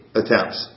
attempts